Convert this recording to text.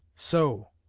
so!